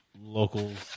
Locals